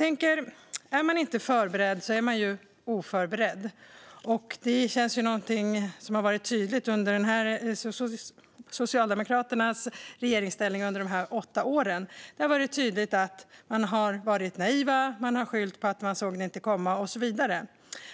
Är man inte förberedd så är man oförberedd, och under Socialdemokraternas åtta år i regeringsställning har det varit tydligt att de har varit naiva, skyllt på att de inte såg det komma och så vidare.